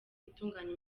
itunganya